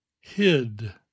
Hid